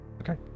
Okay